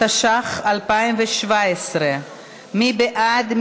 התשע"ח 2017. מי בעד?